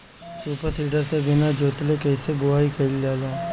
Super seeder से बीना जोतले कईसे बुआई कयिल जाला?